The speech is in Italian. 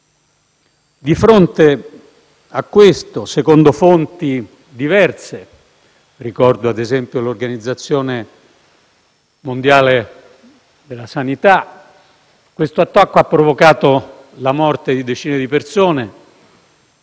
o agenti assimilabili. Secondo fonti diverse - ricordo, ad esempio, l'Organizzazione mondiale della sanità - questo attacco ha provocato la morte di decine di persone